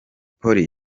polly